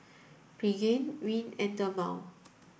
Pregain Rene and Dermale